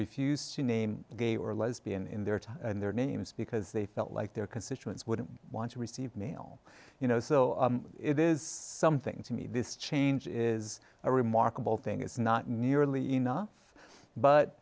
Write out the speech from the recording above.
refused to name gay or lesbian in their time and their names because they felt like their constituents wouldn't want to receive mail you know so it is something to me this change is a remarkable thing it's not nearly enough but